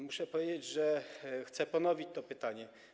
Muszę powiedzieć, że chcę ponowić to pytanie.